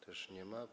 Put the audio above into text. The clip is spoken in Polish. Też nie ma.